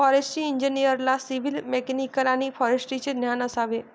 forestry इंजिनिअरला civil, mechanical आणि फॉरेस्ट्रीचे ज्ञान असावे